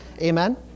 Amen